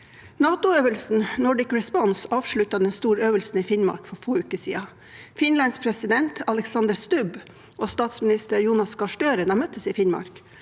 NATO-øvelsen Nordic Response avsluttet den store øvelsen i Finnmark for få uker siden. Finlands president Alexander Stubb og statsminister Jonas Gahr Støre møttes i Finnmark.